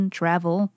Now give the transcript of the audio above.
travel